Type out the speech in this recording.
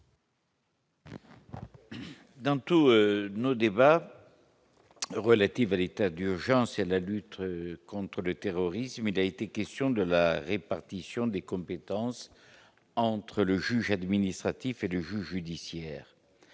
Dans tous nos débats. Relatives à l'état d'urgence et la lutte contre le terrorisme, il a été question de la répartition des compétences entre le juge administratif et du juge judiciaire